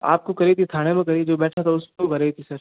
आपको करी थी थाने पर करी थी जो बैठा था उसको कराई थी सर